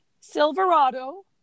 Silverado